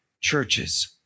churches